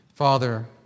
Father